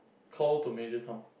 call to Major Tom